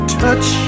touch